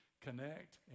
connect